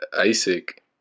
Isaac